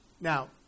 Now